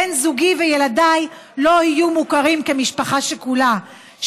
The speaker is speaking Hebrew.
בן זוגי וילדיי לא יהיו מוכרים כמשפחה שכולה,